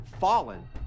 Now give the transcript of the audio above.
fallen